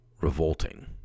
revolting